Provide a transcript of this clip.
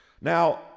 Now